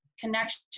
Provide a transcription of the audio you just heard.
connection